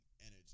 energy